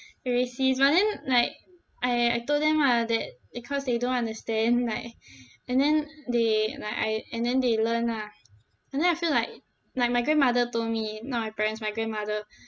racist but then like I I told them lah that because they don't understand like and then they like I and then they learn lah and then I feel like like my grandmother told me not my parents my grandmother